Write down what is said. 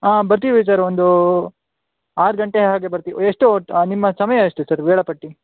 ಹಾಂ ಬರ್ತೀವಿ ಸರ್ ಒಂದು ಆರು ಗಂಟೆ ಹಾಗೆ ಬರ್ತಿವಿ ಎಷ್ಟು ಹೊತ್ ನಿಮ್ಮ ಸಮಯ ಎಷ್ಟು ಸರ್ ವೇಳಾಪಟ್ಟಿ